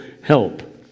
help